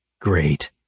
Great